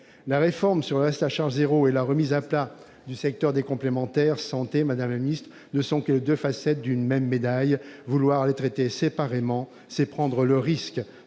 La réforme sur le reste à charge zéro et la remise à plat du secteur des complémentaires de santé, madame la ministre, ne sont que les deux facettes d'une même médaille : vouloir les traiter séparément, c'est prendre le risque